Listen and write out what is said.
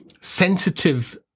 sensitive